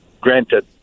granted